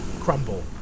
crumble